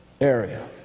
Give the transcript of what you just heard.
area